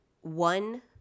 one